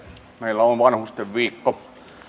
meillä on vanhustenviikko